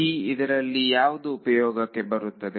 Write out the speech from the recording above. ಇದರಲ್ಲಿ ಯಾವುದು ಉಪಯೋಗಕ್ಕೆ ಬರುತ್ತೆ